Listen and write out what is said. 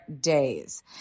days